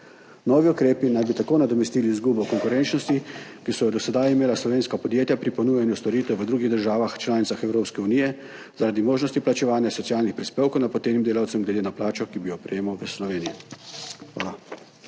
Novi ukrepi naj bi tako nadomestili izgubo konkurenčnosti, ki so jo do sedaj imela slovenska podjetja pri ponujanju storitev v drugih državah članicah Evropske unije zaradi možnosti plačevanja socialnih prispevkov napotenih delavcev glede na plačo, ki bi jo prejemali v Sloveniji. Hvala.